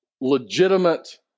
legitimate